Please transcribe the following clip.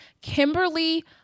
Kimberly